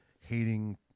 hating